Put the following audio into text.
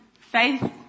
faith